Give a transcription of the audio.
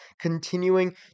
continuing